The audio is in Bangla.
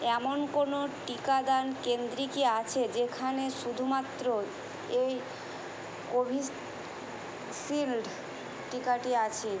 এমন কোনও টিকাদান কেন্দ্র কি আছে যেখানে শুধুমাত্র এই কোভিশিল্ড টিকাটি আছে